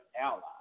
allies